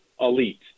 elite